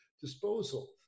disposal